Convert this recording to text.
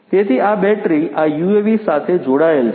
તેથી આ બેટરી આ યુએવી સાથે જોડાયેલ છે